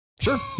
Sure